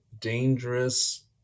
dangerous